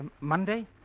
Monday